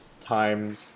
time